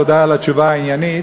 תודה על התשובה העניינית,